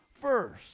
first